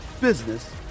business